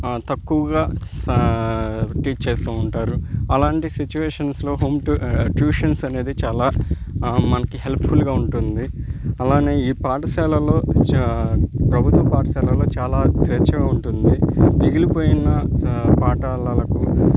తక్కువగా స టీచ్ చేస్తూ ఉంటారు అలాంటి సిచువేషన్స్లో హోమ్ టూ ట్యూషన్స్ అనేది చాలా మనకి హెల్ప్ఫుల్గా ఉంటుంది అలానే ఈ పాఠశాలలో చ ప్రభుత్వ పాఠశాలలో చాలా స్వేచ్ఛగా ఉంటుంది మిగిలిపోయిన పాఠాలకు